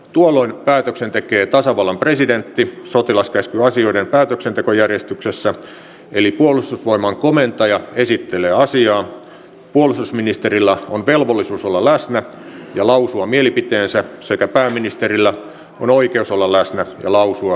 tuolloin päätöksen tekee tasavallan presidentti sotilaskäskyasioiden päätöksentekojärjestyksessä eli puolustusvoimain komentaja esittelee asiaa puolustusministerillä on velvollisuus olla läsnä ja lausua mielipiteensä sekä pääministerillä on oikeus olla läsnä ja lausua mielipiteensä